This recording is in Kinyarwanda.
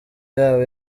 yabo